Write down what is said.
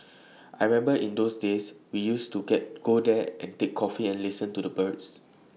I remember in those days we used to go there and take coffee and listen to the birds